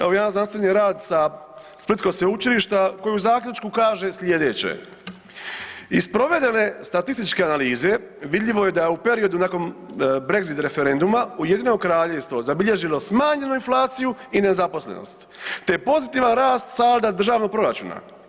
Evo jedan znanstveni rad sa splitskog sveučilišta koji u zaključku kaže slijedeće, iz provedene statističke analize vidljivo je da u periodu nakon brexit referenduma Ujedinjeno Kraljevstvo zabilježilo smanjenu inflaciju i nezaposlenost, te pozitivan rast salda državnog proračuna.